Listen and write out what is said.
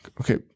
Okay